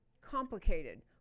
complicated